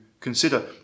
consider